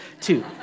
two